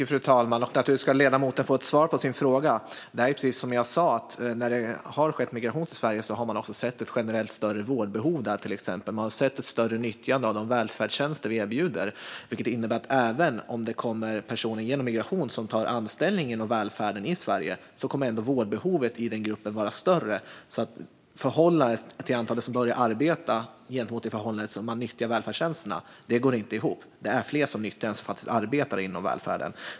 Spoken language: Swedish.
Fru talman! Naturligtvis ska ledamoten få ett svar på sin fråga. Det är precis som jag sa. När det har skett migration till Sverige har man också till exempel sett ett generellt större vårdbehov och ett större nyttjande av de välfärdstjänster vi erbjuder. Det innebär att även om det kommer personer genom migration som tar anställning inom välfärden i Sverige kommer ändå vårdbehovet i den gruppen att vara större. Antalet som börjar arbeta i förhållande till antalet som nyttjar välfärdstjänsterna går inte ihop. Det är fler som nyttjar än som arbetar inom välfärden.